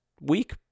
week